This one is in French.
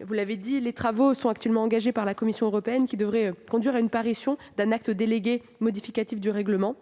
Vous l'avez dit, des travaux sont actuellement engagés par la Commission européenne : ils devraient conduire à la parution d'un acte délégué modificatif du règlement,